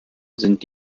sind